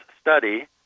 study